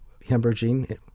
hemorrhaging